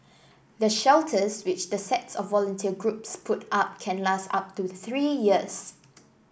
the shelters which the sets of volunteer groups put up can last up to three years